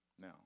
Now